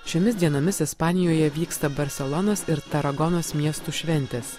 šiomis dienomis ispanijoje vyksta barselonos ir taragonos miestų šventės